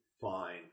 Fine